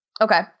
Okay